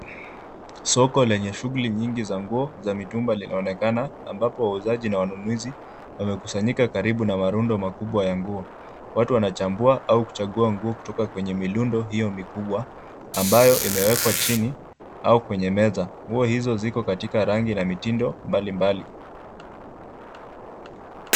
Soko lenye shughuli nyingi za nguo za mitumba linaonekana, ambapo wauzaji na wanunuzi wamekusanyika karibu na marundo makubwa ya nguo. Watu wanachambua na kuchagua nguo kutoka kwenye mirundo hiyo mikubwa, ambayo imewekwa chini au kwenye meza. Nguo hizo ziko katika rangi na mitindo mbalimbali.